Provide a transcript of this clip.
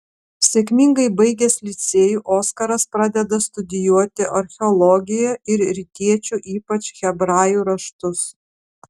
sėkmingai baigęs licėjų oskaras pradeda studijuoti archeologiją ir rytiečių ypač hebrajų raštus